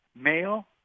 male